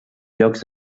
llocs